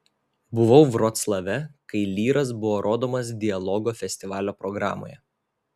buvau vroclave kai lyras buvo rodomas dialogo festivalio programoje